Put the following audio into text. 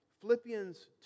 Philippians